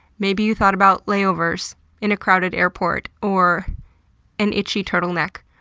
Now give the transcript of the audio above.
maybe you thought about layovers in a crowded airport or an itchy turtleneck.